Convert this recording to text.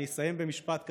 אני אסיים במשפט קצר,